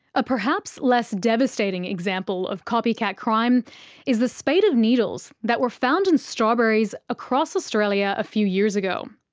a perhaps less devastating example of copycat crime is the spate of needles that were found in strawberries across australia a few years ago.